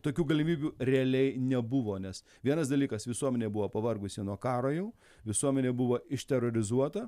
tokių galimybių realiai nebuvo nes vienas dalykas visuomenė buvo pavargusi nuo karo jau visuomenė buvo išterorizuota